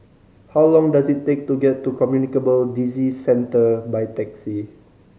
how long does it take to get to Communicable Disease Centre by taxi